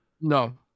No